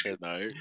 no